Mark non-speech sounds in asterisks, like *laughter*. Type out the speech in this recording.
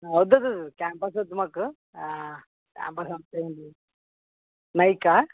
వద్దొద్దు క్యాంపస్ వద్దు మాకు క్యాంపస్ *unintelligible* నైకా